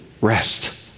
rest